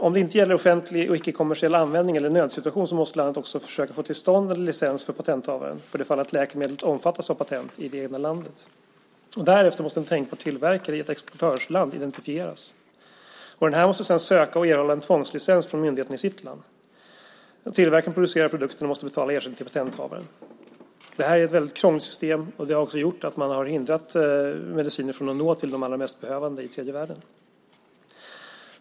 Om det inte gäller offentlig och icke-kommersiell användning eller en nödsituation måste landet också försöka få till stånd en licens för patenthavaren för det fall att läkemedlet omfattas av patent i det egna landet. Därefter måste en tänkbar tillverkare i ett exportörsland identifieras. Denne måste sedan söka och erhålla en tvångslicens från myndigheten i sitt land. Tillverkaren producerar produkten och måste betala ersättning till patenthavaren. Det här är ett väldigt krångligt system, och det har också gjort att man har hindrat mediciner från att nå de allra mest behövande i tredje världen.